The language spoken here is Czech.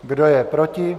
Kdo je proti?